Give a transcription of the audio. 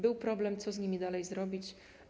Był problem, co z nimi dalej zrobić.